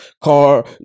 car